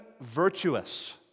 virtuous